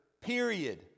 period